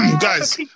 Guys